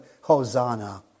Hosanna